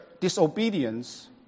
disobedience